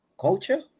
culture